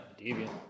Deviant